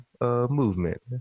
movement